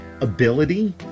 ability